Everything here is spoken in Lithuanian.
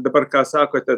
dabar ką sakote